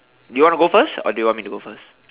you wanna go first or do you want me to go first